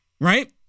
right